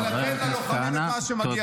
אבל לתת ללוחמים את מה שמגיע להם.